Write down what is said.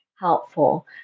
helpful